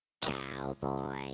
Cowboy